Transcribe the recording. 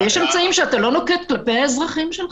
יש אמצעים שאתה לא נוקט כלפי האזרחים שלך.